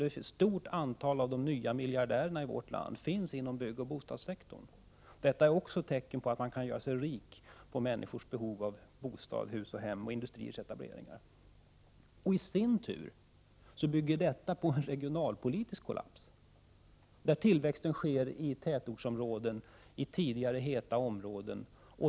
Ett stort antal av de nya miljardärerna i vårt land finns inom byggoch bostadssektorn. Detta är också tecken på att man kan göra sig rik på människors behov av bostad, hus och hem, och industrietableringar. Detta i sin tur bygger på regionalpolitisk kollaps. Tillväxten sker i tätortsområden, i tidigare heta områden.